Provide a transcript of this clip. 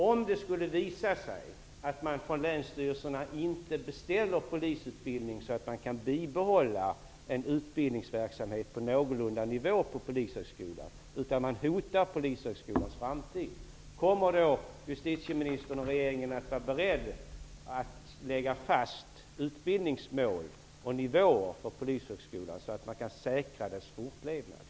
Om det skulle visa sig att länsstyrelserna inte beställer polisutbildning så att man kan bibehålla en utbildningsverksamhet på någorlunda hög nivå på Polishögskolan utan Polishögskolans framtid hotas -- kommer justitieministern och regeringen då att vara beredda att lägga fast utbildningsmål och utbildningsnivåer för Polishögskolan så att man kan säkra dess fortlevnad?